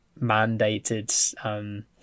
mandated